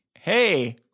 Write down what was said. hey